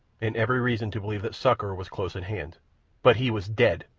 and every reason to believe that succour was close at hand but he was dead!